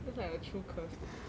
that's like a true curse